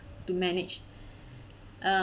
to manage uh